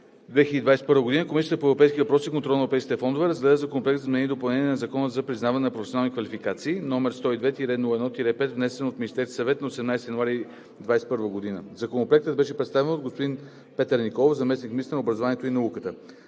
2021 г., Комисията по европейските въпроси и контрол на европейските фондове разгледа Законопроект за изменение и допълнение на Закона за признаване на професионални квалификации, № 102-01-5, внесен от Министерския съвет на 18 януари 2021 г. Законопроектът беше представен от господин Петър Николов – заместник-министър на образованието и науката.